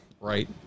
right